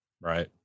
Right